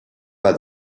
pas